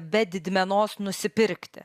be didmenos nusipirkti